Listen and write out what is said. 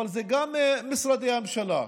אבל זה גם משרדי הממשלה.